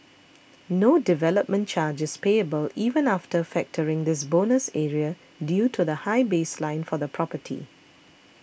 no development charge is payable even after factoring this bonus area due to the high baseline for the property